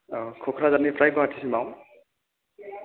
औ क'क्राझारनिफ्राय गुवाहाटिसिमाव